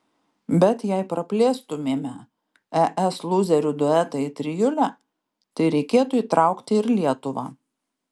bet jei praplėstumėme es lūzerių duetą į trijulę tai reikėtų įtraukti ir lietuvą